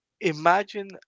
Imagine